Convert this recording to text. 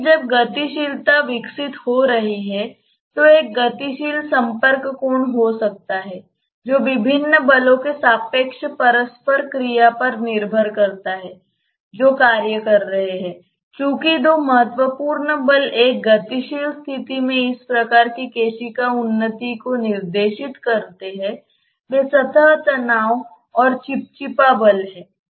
लेकिन जब गतिशीलता विकसित हो रही है तो एक गतिशील संपर्क कोण हो सकता है जो विभिन्न बलों के सापेक्ष परस्पर क्रिया पर निर्भर करता है जो कार्य कर रहे हैं और चूंकि दो महत्वपूर्ण बल एक गतिशील स्थिति में इस प्रकार की केशिका उन्नति को निर्देशित करते हैं वे सतह तनाव और चिपचिपा बल हैं